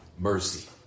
Mercy